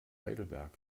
heidelberg